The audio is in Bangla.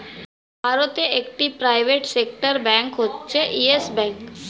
ভারতে একটি প্রাইভেট সেক্টর ব্যাঙ্ক হচ্ছে ইয়েস ব্যাঙ্ক